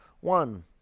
One